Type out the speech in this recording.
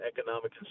economic